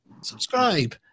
Subscribe